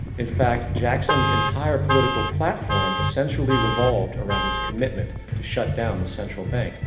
in fact, jackson's entire political platform essentially revolved around his commitment to shut down the central bank.